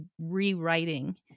rewriting